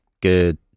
good